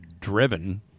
driven